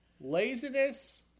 laziness